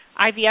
IVF